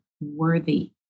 worthy